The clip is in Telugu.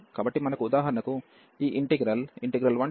కాబట్టి మనకు ఉదాహరణకు ఈ ఇంటిగ్రల్ 11xx 1dx ను కలిగి ఉన్నాము